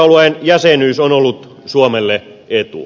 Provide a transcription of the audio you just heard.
euroalueen jäsenyys on ollut suomelle etu